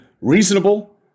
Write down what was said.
reasonable